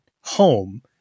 home